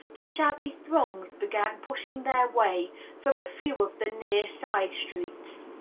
the shabby throngs began pushing their way from a few of the near side streets.